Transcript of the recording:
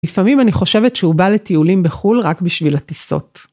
לפעמים אני חושבת שהוא בא לטיולים בחו"ל רק בשביל הטיסות.